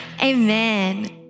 Amen